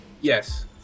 Yes